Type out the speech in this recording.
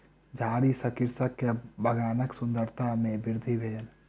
झाड़ी सॅ कृषक के बगानक सुंदरता में वृद्धि भेल